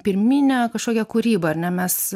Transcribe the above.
pirmine kažkokia kūryba ar ne mes